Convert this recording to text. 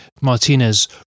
Martinez